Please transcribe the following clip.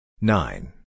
Nine